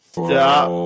stop